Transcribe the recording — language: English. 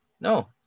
No